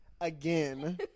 Again